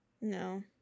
No